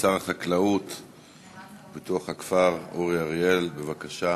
שר החקלאות ופיתוח הכפר אורי אריאל, בבקשה.